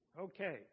Okay